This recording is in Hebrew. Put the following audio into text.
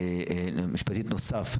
נוסף,